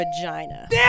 vagina